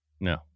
No